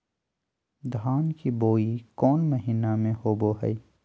धान की बोई कौन महीना में होबो हाय?